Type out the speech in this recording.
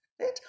right